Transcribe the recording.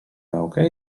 naukę